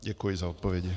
Děkuji za odpovědi.